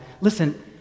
Listen